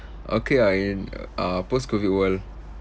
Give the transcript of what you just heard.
okay ah in uh post COVID world